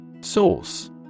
Source